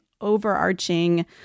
overarching